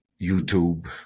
YouTube